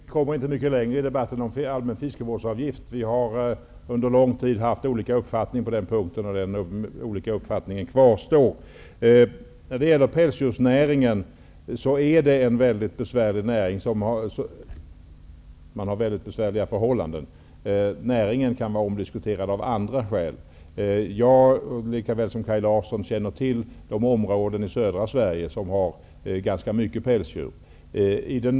Herr talman! Jag tror inte att vi kommer mycket längre i debatten om en allmän fiskevårdsavgift. Vi har under lång tid haft olika uppfattningar på den punkten, och dessa olika uppfattningar kvarstår. Pälsdjursnäringen arbetar under mycket svåra förhållanden. Jag liksom Kaj Larsson känner till de områden i södra Sverige som har ganska mycket pälsdjur.